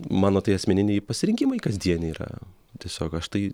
mano tai asmeniniai pasirinkimai kasdien yra tiesiog aš tai